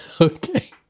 Okay